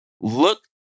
look